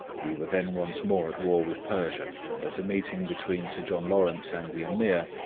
we were then once more at war with persia and at a meeting between sir john lawrence and the ameer,